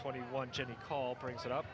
twenty one jen call brings it up